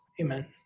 Amen